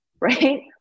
right